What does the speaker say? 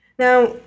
Now